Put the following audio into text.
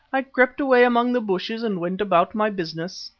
i crept away among the bushes and went about my business.